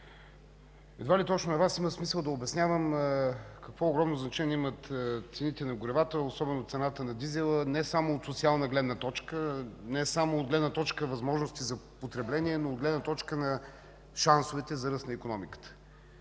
едва ли точно на Вас има смисъл да обяснявам какво огромно значение имат цените на горивата, особено цената на дизела, не само от социална гледна точка, не само от гледна точка възможности за потребление, но и от гледна точка на шансовете за ръст на икономиката.